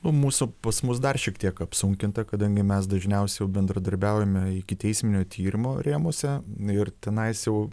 o mūsų pas mus dar šiek tiek apsunkinta kadangi mes dažniausiai jau bendradarbiaujame ikiteisminio tyrimo rėmuose na ir tenais jau